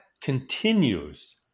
continues